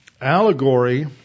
Allegory